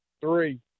Three